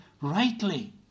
rightly